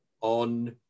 on